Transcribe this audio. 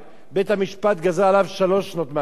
בית-המשפט גזר עליו שלוש שנות מאסר,